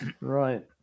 Right